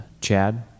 Chad